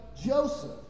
Joseph